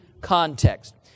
context